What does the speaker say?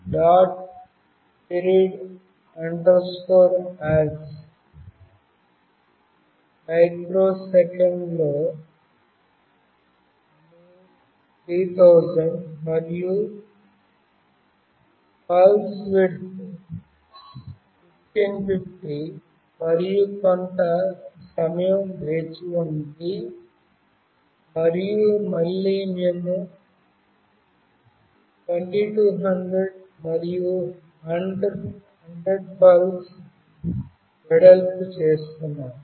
period us మైక్రోసెకండ్లో 3000 మరియు pulse width 1550 మరియు కొంత సమయం వేచి ఉండి మరియు మళ్ళీ మేము 2200 మరియు 100 పల్స్ వెడల్పు చేస్తున్నాము